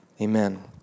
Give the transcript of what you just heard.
Amen